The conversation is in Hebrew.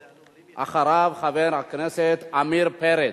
אחריו, חבר הכנסת עמיר פרץ,